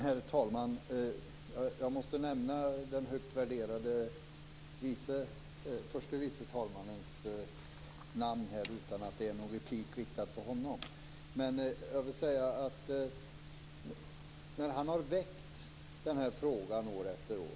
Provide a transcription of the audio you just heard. Herr talman! Jag måste nämna den högt värderade förste vice talmannen, trots att repliken inte riktar sig till honom. Han har väckt denna fråga år efter år.